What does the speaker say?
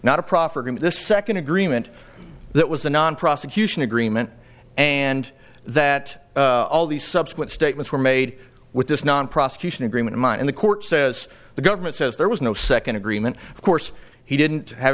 not a proffered this second agreement that was the non prosecution agreement and that all these subsequent statements were made with this non prosecution agreement mine in the court says the government says there was no second agreement of course he didn't have